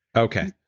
okay.